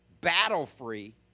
battle-free